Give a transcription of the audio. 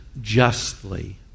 justly